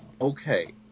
okay